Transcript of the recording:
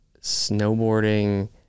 snowboarding